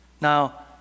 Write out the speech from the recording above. Now